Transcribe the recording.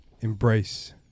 embrace